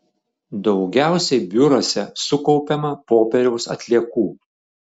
daugiausiai biuruose sukaupiama popieriaus atliekų